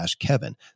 kevin